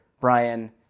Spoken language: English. Brian